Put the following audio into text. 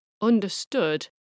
understood